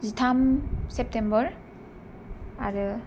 जिथाम सेप्टेम्बर आरो